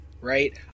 Right